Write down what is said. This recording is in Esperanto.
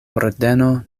ordeno